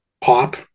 pop